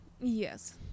Yes